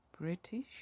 British